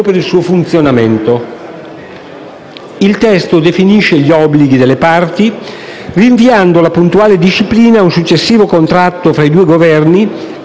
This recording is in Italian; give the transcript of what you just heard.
Il testo definisce gli obblighi delle parti, rinviando la puntuale disciplina a un successivo contratto tra i due Governi e il gestore del servizio.